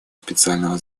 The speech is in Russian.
специального